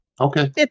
Okay